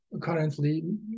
currently